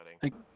thank